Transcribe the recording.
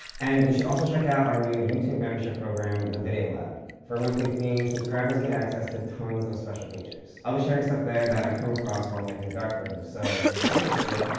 and you should also check out our new youtube membership program, the video lab. for a monthly fee, subscribers get access to tons of special features. i'll be sharing stuff there that i come across while making darkroom, so if you're interested,